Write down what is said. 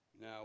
Now